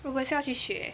我也是要去学